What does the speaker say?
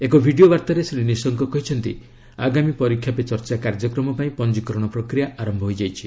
ଏକ ଭିଡ଼ିଓ ବାର୍ତ୍ତାରେ ଶ୍ରୀ ନିଶଙ୍କ କହିଛନ୍ତି ଆଗାମୀ 'ପରୀକ୍ଷା ପେ ଚର୍ଚ୍ଚା' କାର୍ଯ୍ୟକ୍ରମ ପାଇଁ ପଞ୍ଜିକରଣ ପ୍ରକ୍ରିୟା ଆରମ୍ଭ ହୋଇଯାଇଛି